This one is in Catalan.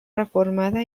reformada